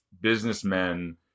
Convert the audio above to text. businessmen